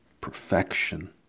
perfection